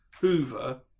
hoover